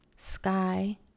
Sky